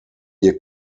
ihr